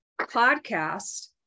podcast